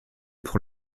pour